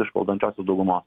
iš valdančiosios daugumos